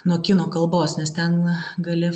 nuo kino kalbos nes ten gali